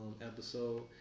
episode